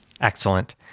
Excellent